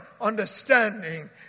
understanding